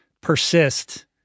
persist